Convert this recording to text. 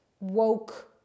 woke